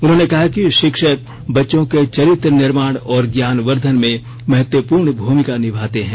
उन्होंने कहा कि शिक्षक बच्चों के चरित्र निर्माण और ज्ञानवर्धन में महत्वपूर्ण भूमिका निर्माते हैं